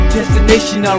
Destination